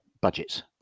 budgets